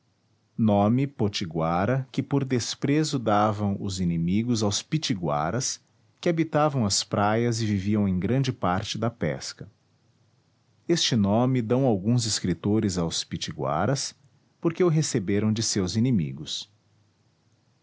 nome potiguara que por desprezo davam os inimigos aos pitiguaras que habitavam as praias e viviam em grande parte da pesca este nome dão alguns escritores aos pitiguaras porque o receberam de seus inimigos